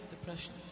depression